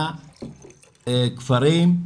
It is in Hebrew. לכפרים,